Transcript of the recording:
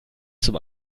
zum